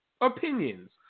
opinions